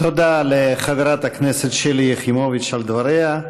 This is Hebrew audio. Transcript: תודה לחברת הכנסת שלי יחימוביץ על דבריה.